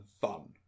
fun